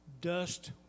Dust